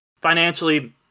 financially